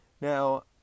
Now